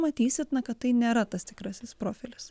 matysit na kad tai nėra tas tikrasis profilis